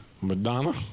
Madonna